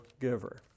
giver